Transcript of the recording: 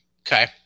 Okay